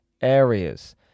areas